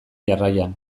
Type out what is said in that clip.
jarraian